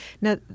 Now